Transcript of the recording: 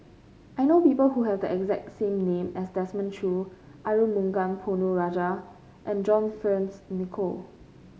I know people who have the exact name as Desmond Choo Arumugam Ponnu Rajah and John Fearns Nicoll